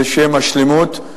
לשם השלֵמוּת,